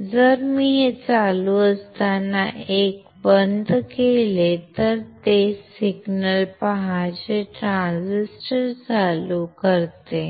जर मी हे चालू असताना 1 बंद केले तर तेच सिग्नल पहा जे 1 ट्रान्झिस्टर चालू करते